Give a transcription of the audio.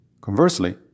Conversely